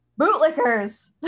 bootlickers